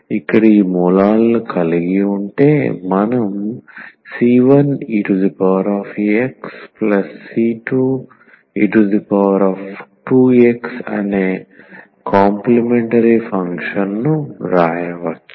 ఇక్కడ ఈ మూలాలను కలిగి ఉంటే మనం c1exc2e2x అనే కాంప్లీమెంటరీ ఫంక్షన్ ను వ్రాయవచ్చు